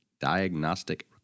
diagnostic